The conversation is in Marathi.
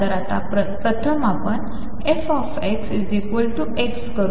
चला तर आता प्रथम f x